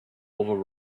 over